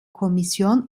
kommission